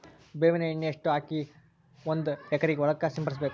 ಬೇವಿನ ಎಣ್ಣೆ ಎಷ್ಟು ಹಾಕಿ ಒಂದ ಎಕರೆಗೆ ಹೊಳಕ್ಕ ಸಿಂಪಡಸಬೇಕು?